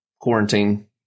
quarantine